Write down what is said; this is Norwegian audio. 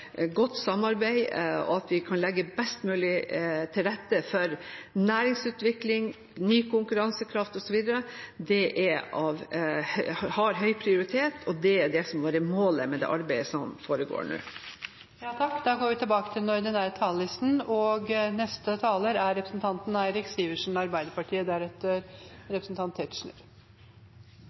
et godt samarbeid og kan legge best mulig til rette for næringsutvikling, ny konkurransekraft, osv., har høy prioritet, og det er det som må være målet med det arbeidet som nå foregår.